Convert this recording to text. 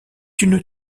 une